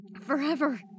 forever